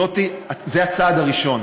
זה הצעד הראשון.